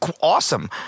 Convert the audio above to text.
awesome